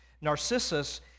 narcissus